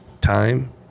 Time